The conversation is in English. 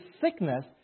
sickness